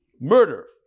murder